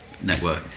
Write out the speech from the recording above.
network